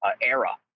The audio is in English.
era